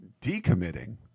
decommitting